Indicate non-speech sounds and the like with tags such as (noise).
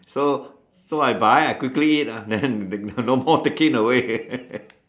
so so I buy I quickly eat lah then got no more taking away (laughs)